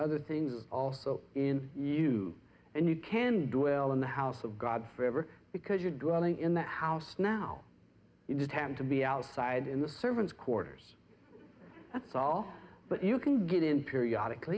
other things also in you and you can dwell in the house of god forever because you're drowning in the house now you just happen to be outside in the servants quarters that's all but you can get in periodic